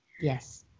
Yes